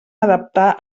adaptar